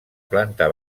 planta